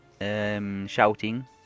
Shouting